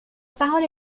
parole